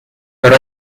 pero